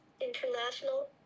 international